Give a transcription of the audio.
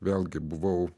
vėlgi buvau